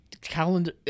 calendar